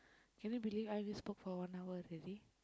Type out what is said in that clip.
can you believe I already spoke for one hour already